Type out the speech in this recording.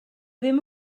ddim